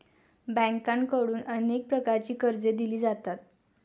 बँकांकडून अनेक प्रकारची कर्जे दिली जातात